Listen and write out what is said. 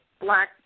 black